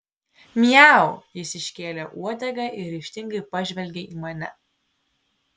miau jis iškėlė uodegą ir ryžtingai pažvelgė į mane